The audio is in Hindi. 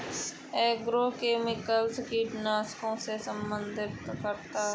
एग्रोकेमिकल्स कीटनाशकों को संदर्भित करता है